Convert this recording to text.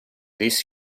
this